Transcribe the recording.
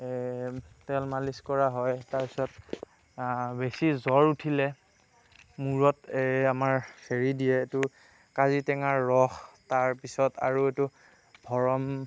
এ তেল মালিচ কৰা হয় তাৰ পাছত বেছি জ্বৰ উঠিলে মূৰত এই আমাৰ হেৰি দিয়ে এইটো কাজিটেঙাৰ ৰস তাৰপিছত আৰু এইটো ভৰণ